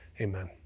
Amen